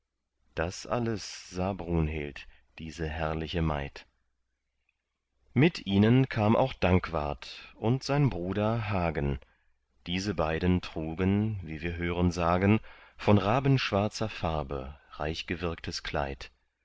das alles sah brunhild diese herrliche maid mit ihnen kam auch dankwart und sein bruder hagen diese beiden trugen wie wir hören sagen von rabenschwarzer farbe reichgewirktes kleid